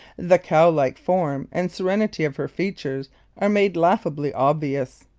the cow-like form and serenity of her features are made laughably obvious.